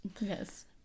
yes